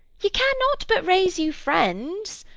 you cannot but raise you friends.